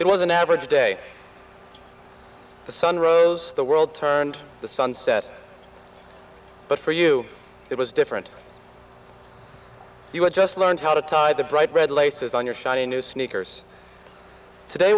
it was an average day the sun rose the world turned the sun set but for you it was different you had just learned how to tie the bright red laces on your shiny new sneakers today